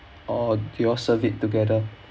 or do you all serve it together